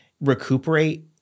recuperate